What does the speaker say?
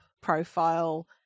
profile